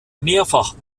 mehrfach